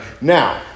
now